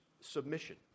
Submission